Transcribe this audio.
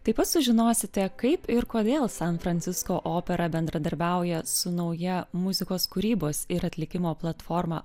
taip pat sužinosite kaip ir kodėl san francisko opera bendradarbiauja su nauja muzikos kūrybos ir atlikimo platforma